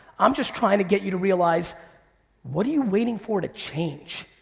i'm just trying to get you to realize what are you waiting for to change.